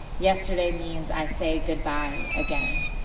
yesterday means i say goodbye again.